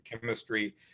chemistry